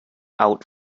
out